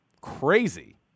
crazy